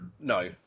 No